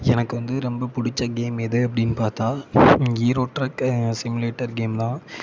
எனக்கு வந்து ரொம்ப பிடிச்ச கேம் எது அப்படின்னு பார்த்தா ஹீரோ சிமிலேட்டர் கேம் தான்